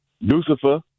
lucifer